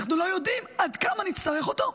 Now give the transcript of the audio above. אנחנו לא יודעים עד כמה נצטרך אותו,